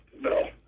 no